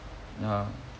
ya